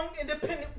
independent